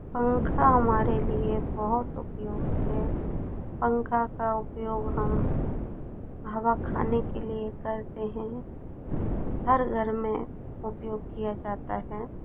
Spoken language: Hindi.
पंखा हमारे लिए बहुत उपयोगी है पंखा का उपयोग हम हवा खाने के लिए करते हैं हर घर में उपयोग किया जाता है